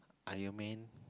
Iron-man